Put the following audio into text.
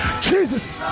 Jesus